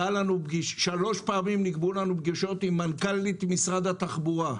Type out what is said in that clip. שלוש פעמים נקבעו לנו פגישות על מנכ"לית משרד התחבורה.